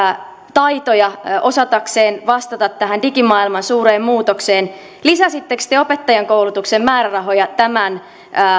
taitoja osatakseen vastata tähän digimaailman suureen muutokseen lisäsittekö te opettajankoulutuksen määrärahoja tämän